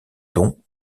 dons